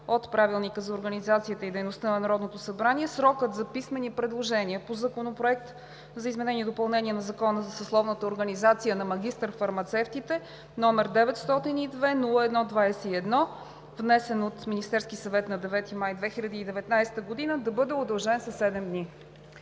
от Правилника за организацията и дейността на Народното събрание срокът за писмени предложения по Законопроект за изменение и допълнение на Закона за съсловната организация на магистър-фармацевтите, № 902-01-21, внесен от Министерския съвет на 9 май 2019 г., да бъде удължен със седем